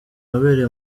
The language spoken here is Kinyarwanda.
wabereye